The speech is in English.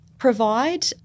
provide